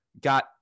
got